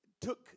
took